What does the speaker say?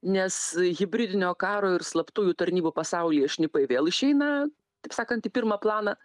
nes hibridinio karo ir slaptųjų tarnybų pasaulyje šnipai vėl išeina taip sakant į pirmą planą